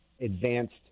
advanced